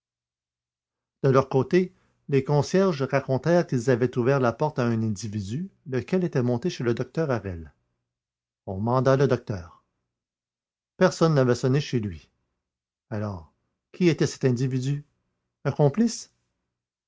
de leur côté les concierges racontèrent qu'ils avaient ouvert la porte à un individu lequel était monté chez le docteur harel on manda le docteur personne n'avait sonné chez lui alors qui était cet individu un complice